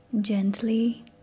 Gently